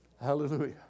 Hallelujah